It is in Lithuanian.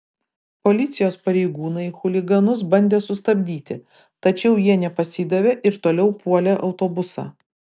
policijos pareigūnai chuliganus bandė sustabdyti tačiau jie nepasidavė ir toliau puolė autobusą